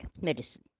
medicine